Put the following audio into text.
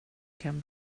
kan